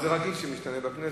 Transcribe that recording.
זה דבר רגיל שמשתנה בכנסת.